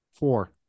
Four